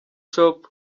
shop